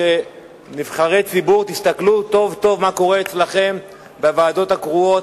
כנבחרי ציבור: תסתכלו טוב טוב מה קורה אצלכם בוועדות הקרואות,